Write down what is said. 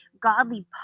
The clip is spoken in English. godly